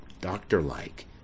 doctor-like